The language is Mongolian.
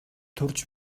төрж